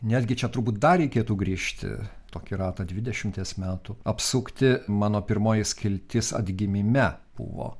netgi čia turbūt dar reikėtų grįžti tokį ratą dvidešimties metų apsukti mano pirmoji skiltis atgimime buvo